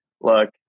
Look